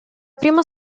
prima